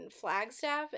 Flagstaff